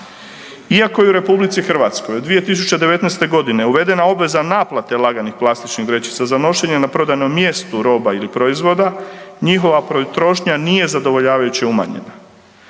Iako je u RH 2019. godine uvedena obveza naplate laganih plastičnih vrećica za nošenje na prodajnom mjestu roba ili proizvoda njihova potrošnja nije zadovoljavajuće umanjena.